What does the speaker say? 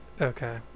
okay